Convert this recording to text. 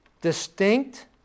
distinct